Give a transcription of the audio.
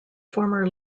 former